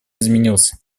изменился